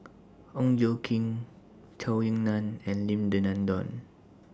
Ong Tjoe Kim Zhou Ying NAN and Lim Denan Denon